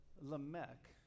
Lamech